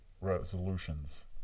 resolutions